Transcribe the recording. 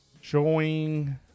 showing